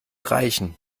reichen